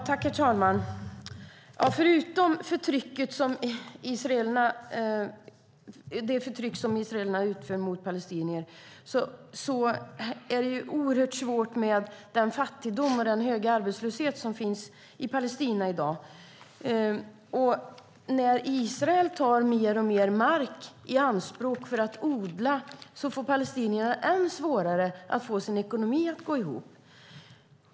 Herr talman! Förutom det förtryck israelerna utövar mot palestinier är det oerhört svårt med den fattigdom och höga arbetslöshet som finns i Palestina i dag. När Israel tar mer och mer mark i anspråk för att odla får palestinierna än svårare att få sin ekonomi att gå ihop.